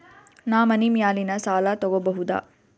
ನಾ ಮನಿ ಮ್ಯಾಲಿನ ಸಾಲ ತಗೋಬಹುದಾ?